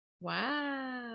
Wow